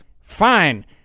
Fine